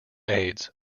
aides